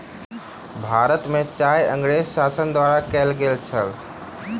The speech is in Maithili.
भारत में चाय अँगरेज़ शासन द्वारा कयल गेल छल